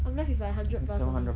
I'm left with like hundred plus only